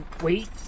Wait